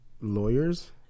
lawyers